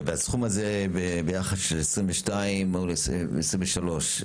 והסכום הזה ביחס ל-2022 או ל-2023,